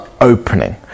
opening